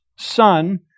Son